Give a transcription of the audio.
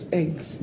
eggs